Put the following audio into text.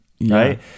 Right